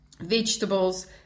vegetables